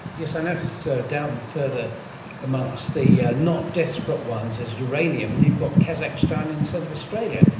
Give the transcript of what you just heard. yes, i notice ah down further amongst the yeah not desperate ones is uranium, and you've got kazakhstan instead of australia.